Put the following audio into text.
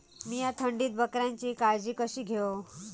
मीया थंडीत बकऱ्यांची काळजी कशी घेव?